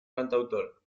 cantautor